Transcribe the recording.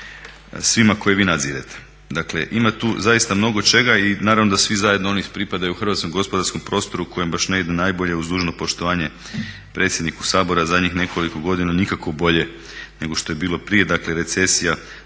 svima koje vi nadzirete. Dakle ima tu zaista mnogo čega i naravno da svi zajedno oni pripadaju hrvatskom gospodarskom prostoru kojem baš ne idu najbolje, uz dužno poštovanje predsjedniku Sabora, zadnjih nekoliko godina nikako bolje nego što je bilo prije dakle recesija,